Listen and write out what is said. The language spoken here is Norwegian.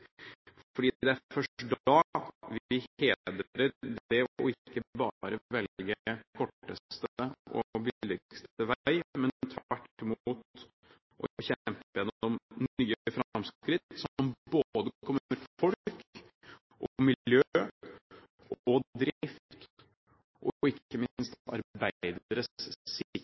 det er først da vi hedrer det å ikke bare velge korteste og billigste vei, men tvert imot å kjempe gjennom nye framskritt som kommer både folk, miljø og drift og ikke minst